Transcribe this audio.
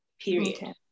Period